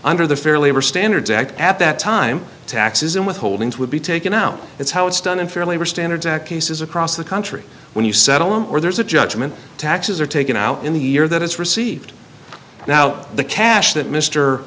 under the fair labor standards act at that time taxes and withholdings would be taken out it's how it's done in fair labor standards act cases across the country when you settle in or there's a judgment taxes are taken out in the year that it's received now the cash that mr